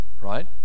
right